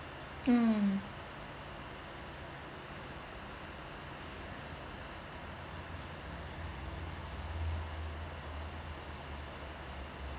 mm